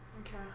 Okay